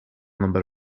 number